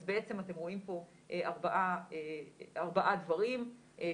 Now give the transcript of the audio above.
אז בעצם אתם רואים פה ארבעה דברים שנבדקים